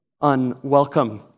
unwelcome